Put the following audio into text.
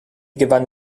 gewann